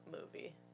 movie